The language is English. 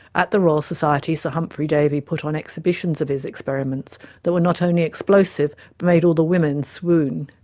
at the royal society, sir humphrey davy put on exhibitions of his experiments that were not only explosive but made all the women swoon.